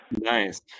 Nice